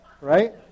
right